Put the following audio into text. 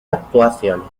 actuaciones